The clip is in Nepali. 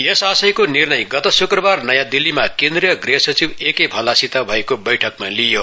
यस आशयको निर्णय गत शुक्रबार नयाँ दिल्लीमा केन्द्रीय गृह सचिव एके भल्लासित भएको बैठकमा लिइयो